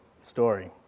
story